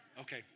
Okay